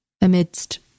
amidst